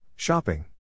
Shopping